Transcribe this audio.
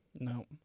No